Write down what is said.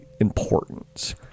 important